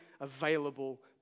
available